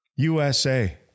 USA